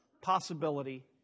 possibility